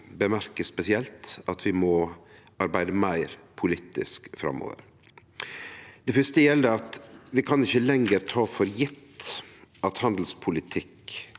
nemne spesielt at vi må arbeide meir politisk framover. Det fyrste gjeld at vi ikkje lenger kan ta for gjeve at handelspolitikk